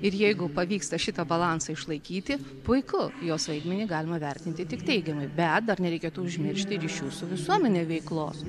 ir jeigu pavyksta šitą balansą išlaikyti puiku jos vaidmenį galima vertinti tik teigiamai bet dar nereikėtų užmiršti ryšių su visuomene veiklos